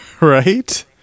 Right